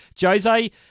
Jose